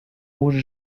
rouge